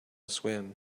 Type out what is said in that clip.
swim